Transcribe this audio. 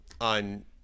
on